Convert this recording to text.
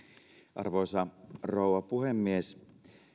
arvoisa rouva puhemies